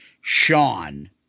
Sean